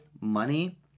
money